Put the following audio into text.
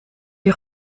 die